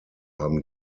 haben